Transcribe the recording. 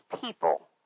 people